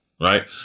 right